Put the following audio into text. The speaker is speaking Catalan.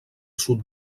sud